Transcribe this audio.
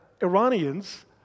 Iranians